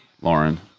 Lauren